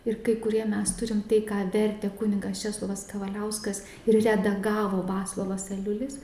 ir kai kurie mes turim tai ką vertė kunigas česlovas kavaliauskas ir redagavo vaclovas aliulis